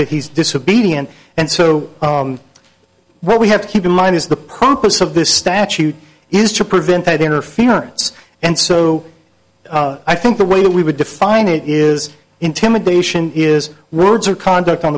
that he's disobedient and so what we have to keep in mind is the purpose of this statute is to prevent that interference and so i think the way that we would define it is intimidation is words or conduct on